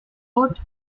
wrote